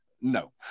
No